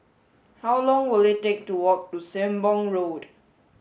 how long will it take to walk to Sembong Road